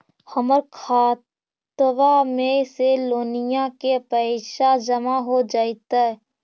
हमर खातबा में से लोनिया के पैसा जामा हो जैतय?